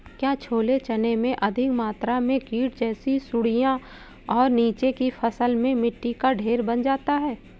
क्या छोले चने में अधिक मात्रा में कीट जैसी सुड़ियां और नीचे की फसल में मिट्टी का ढेर बन जाता है?